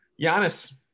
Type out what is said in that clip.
Giannis